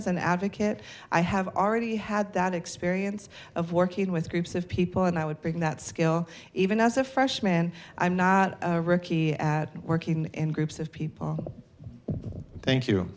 as an advocate i have already had that experience of working with groups of people and i would bring that skill even as a freshman i'm not a rookie at working in groups of people thank you